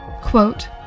Quote